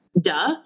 duh